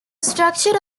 structure